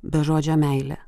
be žodžio meilė